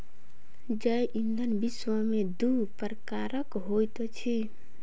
जैव ईंधन विश्व में दू प्रकारक होइत अछि